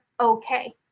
okay